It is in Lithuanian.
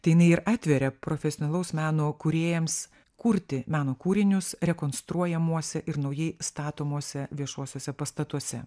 tai jinai ir atveria profesionalaus meno kūrėjams kurti meno kūrinius rekonstruojamuose ir naujai statomuose viešuosiuose pastatuose